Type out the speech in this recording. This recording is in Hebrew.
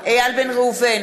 איל בן ראובן,